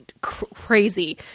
crazy